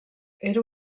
era